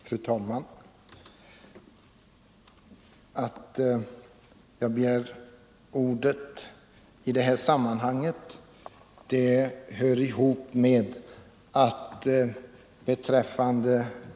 Fru talman! Att jag begärt ordet i det här sammanhanget beror på = Ang.